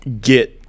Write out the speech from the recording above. get